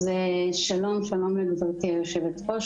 אז שלום גבירתי יושבת הראש,